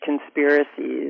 conspiracies